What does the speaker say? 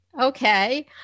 Okay